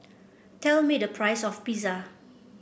tell me the price of Pizza